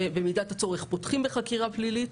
ובמידת הצורך פותחים בחקירה פלילית.